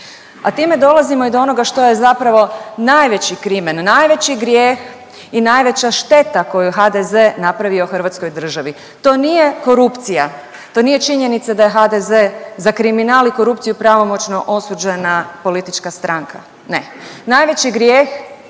A time dolazimo i do onoga što je zapravo najveći krimen, najveći grijeh i najveća šteta koju je HDZ napravio Hrvatskoj državi. To nije korupcija, to nije činjenica da je HDZ za kriminal i korupciju pravomoćno osuđena politička stranka. Ne. Najveći grijeh,